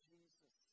Jesus